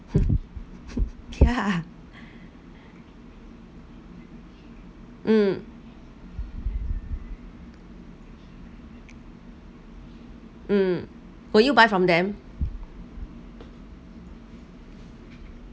yeah mm mm would you buy from them